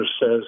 says